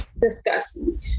discussing